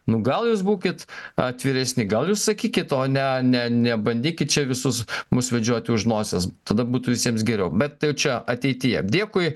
nu gal jūs būkit atviresni gal jūs sakykit o ne ne nebandykit čia visus mus vedžioti už nosies tada būtų visiems geriau bet čia ateityje dėkui